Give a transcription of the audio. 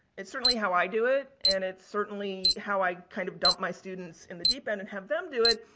it's certainly how i do it. and, it's certainly how i kind of dump my students in the deep end and have them do it.